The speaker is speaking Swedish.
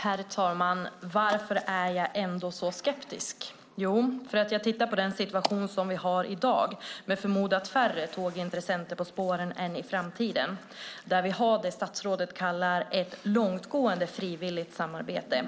Herr talman! Varför är jag ändå så skeptisk? Jo, det är jag därför att jag tittar på situationen i dag med förmodat färre tågintressenter på spåren än i framtiden. Där vi har det statsrådet kallar ett långtgående frivilligt arbete.